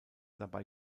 dabei